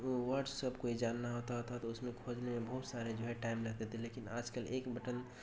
words سب کوئی جاننا ہوتا تھا تو اس میں کھوجنے میں بہت سارے جو ہے ٹائم لگتے تھے لیکن آج کل ایک بٹن